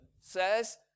says